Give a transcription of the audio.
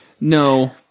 No